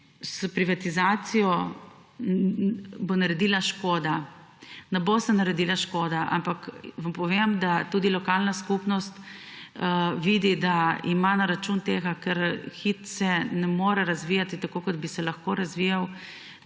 s privatizacijo naredila škoda. Ne bo se naredila škoda, ampak vam povem, da tudi lokalna skupnost vidi, da ima na račun tega, da se Hit ne more razvijati, tako kot bi se lahko razvijal,